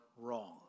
wrong